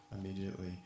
immediately